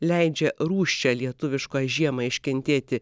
leidžia rūsčią lietuvišką žiemą iškentėti